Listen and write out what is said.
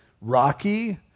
Rocky